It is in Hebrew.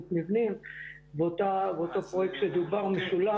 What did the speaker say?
גם של המל"ל,